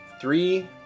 three